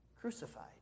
crucified